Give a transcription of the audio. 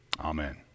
amen